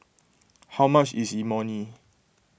how much is Imoni